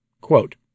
Quote